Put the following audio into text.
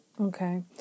Okay